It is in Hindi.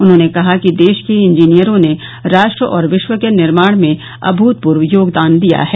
उन्होंने कहा कि देश के इंजीनियरों ने राष्ट्र और विश्व के निर्माण में अभृतपूर्व योगदान दिया है